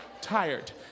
Tired